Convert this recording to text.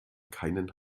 keinen